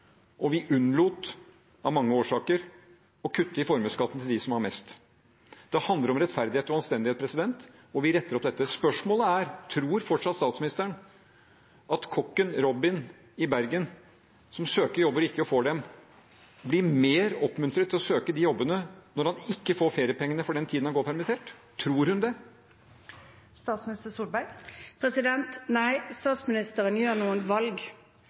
og vi unnlot, av mange årsaker, å kutte i formuesskatten til dem som har mest. Det handler om rettferdighet og anstendighet. Vi retter opp. Spørsmålet er: Tror fortsatt statsministeren at kokken Robin i Bergen som søker jobber og ikke får dem, blir mer oppmuntret til å søke de jobbene når han ikke får feriepenger for den tiden han går permittert? Tror hun det? Nei, statsministeren gjør noen valg.